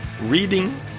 reading